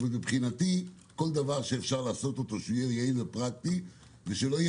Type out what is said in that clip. מבחינתי כל דבר שאפשר לעשות שיהיה יעיל ופרקטי ושלא יהיה